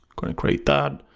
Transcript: going to create that.